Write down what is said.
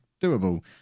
doable